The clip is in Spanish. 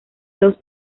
dos